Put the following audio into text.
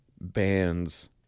bands